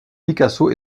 picasso